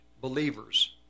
believers